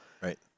right